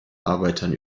arbeitern